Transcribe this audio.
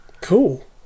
Cool